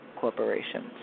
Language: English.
corporations